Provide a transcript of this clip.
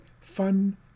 fun